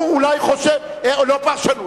הוא אולי חושב, זה לא פרשנות.